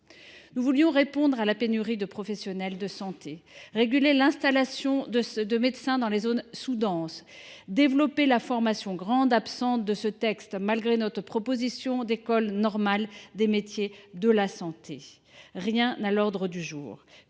Nous voulions répondre à la pénurie de professionnels de santé, réguler l’installation de médecins dans les zones sous denses et développer la formation, grande absente de ce texte malgré notre proposition d’ouvrir des écoles normales des métiers de la santé. Rien de tout